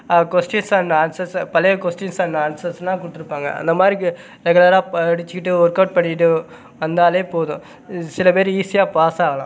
questions and ஆன்சர்ஸை பழைய questions and ஆன்சர்ஸ்லாம் கொடுத்துருப்பாங்க அந்த மாதிரிக்கு ரெகுலராக படித்துக்கிட்டு ஒர்க் அவுட் பண்ணிக்கிட்டு வந்தாலே போதும் சில பேர் ஈஸியாக பாஸாகலாம்